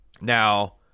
Now